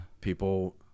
People